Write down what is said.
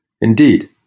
Indeed